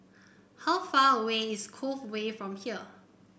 how far away is Cove Way from here